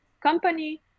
company